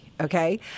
okay